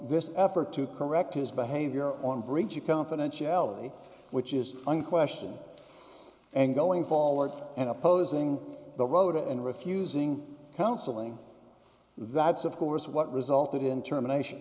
this effort to correct his behavior on breach of confidentiality which is one question and going forward and opposing the road and refusing counseling that's of course what resulted in termination